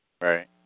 right